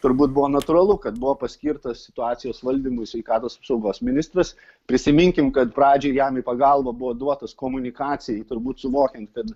turbūt buvo natūralu kad buvo paskirtas situacijos valdymui sveikatos apsaugos ministras prisiminkim kad pradžioj jam į pagalbą buvo duotas komunikacijai turbūt suvokiant kad